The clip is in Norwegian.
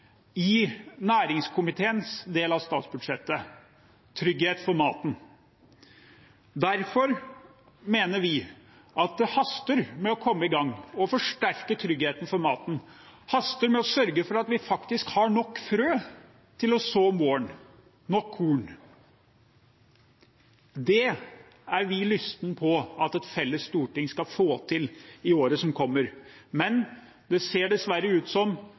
i næringskomiteens del av statsbudsjettet: trygghet for maten. Vi mener at det haster å komme i gang med å forsterke tryggheten for maten, det haster å sørge for at vi faktisk har nok frø til å så om våren, nok korn. Det er vi lystne på at et felles storting skal få til i året som kommer, men det ser dessverre ut som